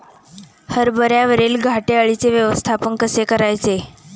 हरभऱ्यावरील घाटे अळीचे व्यवस्थापन कसे करायचे?